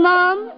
Mom